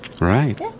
Right